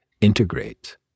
integrate